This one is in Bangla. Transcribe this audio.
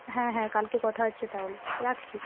হ্যাঁ হ্যাঁ কালকে কথা হচ্ছে তাহলে রাখছি